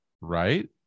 Right